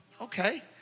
okay